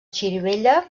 xirivella